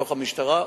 בתוך המשטרה,